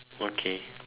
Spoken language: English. okay